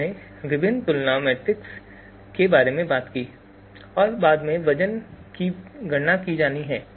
हमने विभिन्न तुलना मैट्रिक्स के बारे में बात की और बाद में वजन की गणना की जानी है